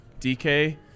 DK